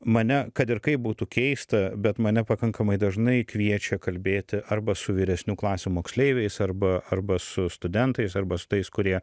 mane kad ir kaip būtų keista bet mane pakankamai dažnai kviečia kalbėti arba su vyresnių klasių moksleiviais arba arba su studentais arba su tais kurie